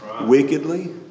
wickedly